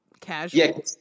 Casual